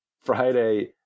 friday